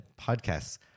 podcasts